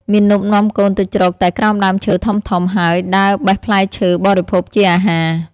មាណពនាំកូនទៅជ្រកតែក្រោមដើមឈើធំៗ ហើយដើរបេះផ្លែឈើបរិភោគជាអាហារ ។